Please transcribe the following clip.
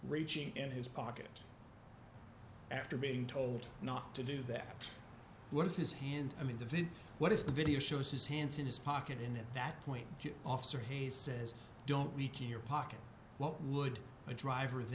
reaching in his pocket after being told not to do that what is his hand i mean the what is the video shows his hands in his pocket and at that point officer hayes says don't weaken your pocket what would a driver